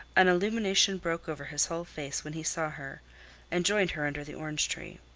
an illumination broke over his whole face when he saw her and joined her under the orange tree.